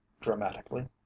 dramatically